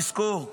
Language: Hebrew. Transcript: תזכור,